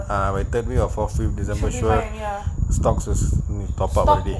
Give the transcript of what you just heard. ah like third week or fourth week december sure stocks is must top up already